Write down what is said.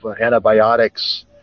antibiotics